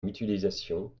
mutualisation